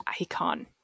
icon